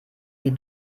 die